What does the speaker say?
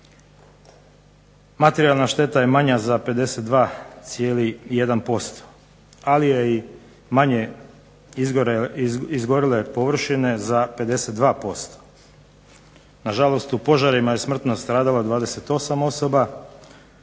Materijalna šteta je manja za 52,1%. Ali je i manje izgorjele površine za 52%. Nažalost, u požarima je smrtno stradalo 28 osoba,